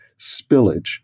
spillage